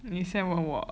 你先问我